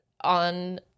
on